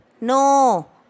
no